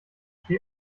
she